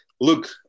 look